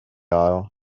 aisle